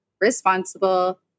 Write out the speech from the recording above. responsible